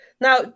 Now